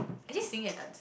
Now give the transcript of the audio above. actually singing and dancing